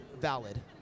valid